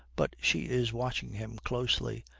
but she is watching him closely.